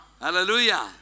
Hallelujah